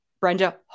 Brenda